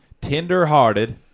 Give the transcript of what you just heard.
tender-hearted